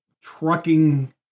trucking